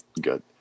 Good